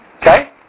Okay